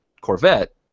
Corvette